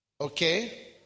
Okay